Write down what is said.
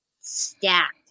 stacked